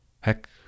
Heck